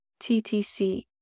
TTC